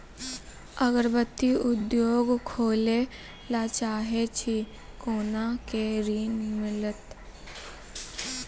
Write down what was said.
अगरबत्ती उद्योग खोले ला चाहे छी कोना के ऋण मिलत?